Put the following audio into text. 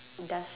dust